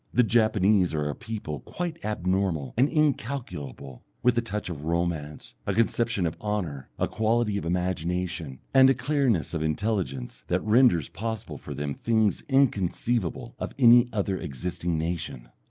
the japanese are a people quite abnormal and incalculable, with a touch of romance, a conception of honour, a quality of imagination, and a clearness of intelligence that renders possible for them things inconceivable of any other existing nation.